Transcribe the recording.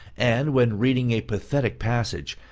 and, when reading a pathetic passage,